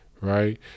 right